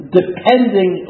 depending